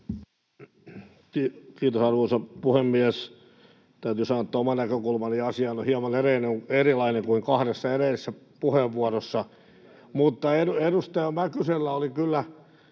Kiitos, arvoisa puhemies! Täytyy sanoa, että oma näkökulmani asiaan on hieman erilainen kuin kahdessa edellisessä puheenvuorossa, mutta edustaja Mäkysellä oli kyllä